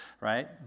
right